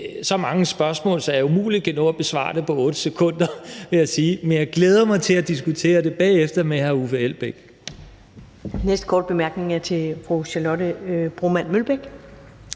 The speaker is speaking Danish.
så mange spørgsmål, at jeg umuligt kan nå at besvare dem på 8 sekunder, vil jeg sige. Men jeg glæder mig til at diskutere det bagefter med hr. Uffe Elbæk.